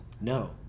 No